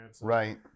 Right